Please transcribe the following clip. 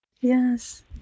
yes